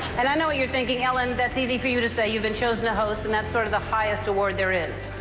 and i know what you're thinking. ellen, that's easy for you to say. you've been chosen to host, and that's sort of the highest award there is.